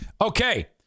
Okay